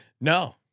No